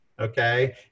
Okay